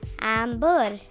Amber